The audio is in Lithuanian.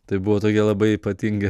tai buvo tokia labai ypatinga